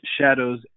shadows